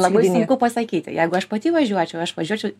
labai sunku pasakyti jeigu aš pati važiuočiau aš važiuočiau